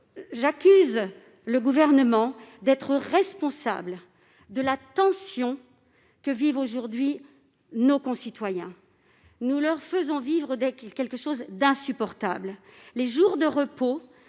J'accuse le Gouvernement d'être responsable de la tension que vivent aujourd'hui nos concitoyens. Nous leur faisons vivre quelque chose d'insupportable : les jours de repos